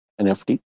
nft